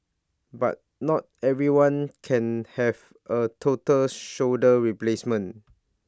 but not everyone can have A total shoulder replacement